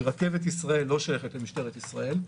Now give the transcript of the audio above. כי רכבת ישראל לא שייכת למשטרת ישראל,